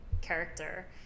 character